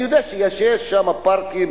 אני יודע שיש שם פארקים,